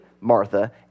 Martha